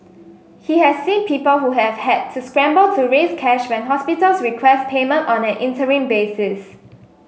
he has seen people who have had to scramble to raise cash when hospitals request payment on an interim basis